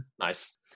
nice